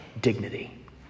dignity